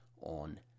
on